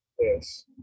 Yes